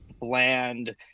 bland